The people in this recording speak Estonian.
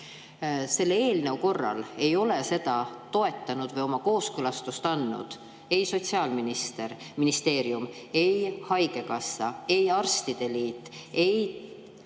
selle eelnõu korral ei ole seda toetanud või oma kooskõlastust andnud ei Sotsiaalministeerium, ei haigekassa, ei arstide liit ega